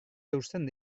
eusten